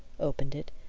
opened it,